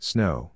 Snow